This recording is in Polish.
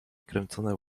kręcone